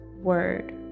word